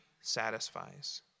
satisfies